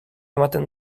ematen